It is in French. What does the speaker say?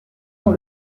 dans